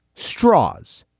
straws.